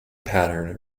pattern